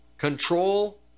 Control